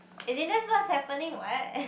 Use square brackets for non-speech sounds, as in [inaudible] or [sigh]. as in that's what's happening what [laughs]